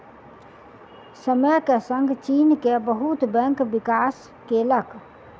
समय के संग चीन के बहुत बैंक विकास केलक